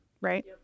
right